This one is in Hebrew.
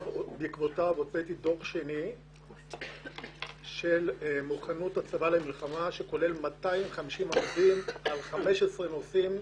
הוצאתי דוח שני של מוכנות הצבא למלחמה שכולל 250 עמודים על 15 נושאים,